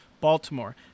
Baltimore